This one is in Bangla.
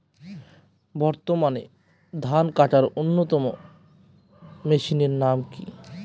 বর্তমানে ধান কাটার অন্যতম মেশিনের নাম কি?